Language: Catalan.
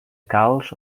calç